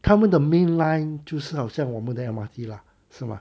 他们的 main line 就是好像我们的 M_R_T lah 是吗